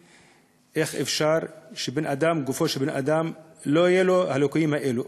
איך אפשר שבגופו של בן-אדם לא יהיו הליקויים האלה.